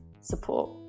support